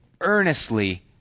earnestly